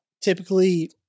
typically